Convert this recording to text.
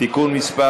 (תיקון מס'